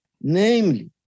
Namely